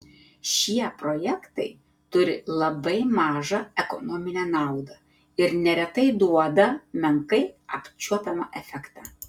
šie projektai turi labai mažą ekonominę naudą ir neretai duoda menkai apčiuopiamą efektą